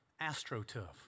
Astroturf